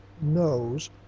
knows